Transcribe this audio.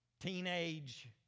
teenage